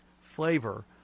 flavor